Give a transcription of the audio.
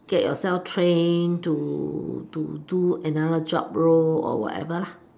get yourself train to to do do another job role or whatever